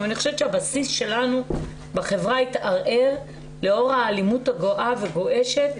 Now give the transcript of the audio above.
אבל אני חושבת שהבסיס שלנו בחברה התערער לאור האלימות הגואה וגועשת.